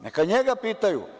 Neka njega pitaju.